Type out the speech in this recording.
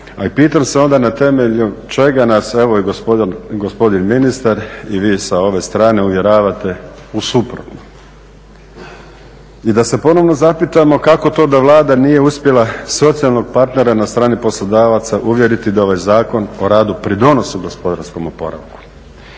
A i pitam se onda na temelju čega nas evo i gospodin ministar i vi sa ove strane uvjeravate u suprotno? I da se ponovno zapitamo kako to da Vlada nije uspjela socijalnog partnera na strani poslodavaca uvjeriti da ovaj Zakon o radu pridonosi gospodarskom oporavku?